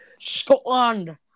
Scotland